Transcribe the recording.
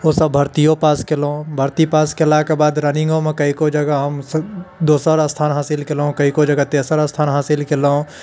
ओ सभ भर्तियो पास कयलहुँ भर्ती पास कयलाके बाद रनिङ्गोमे कैएको जगह हमसभ दोसर स्थान हासिल कयलहुँ कैएको जगह तेसर स्थान हासिल कयलहुँ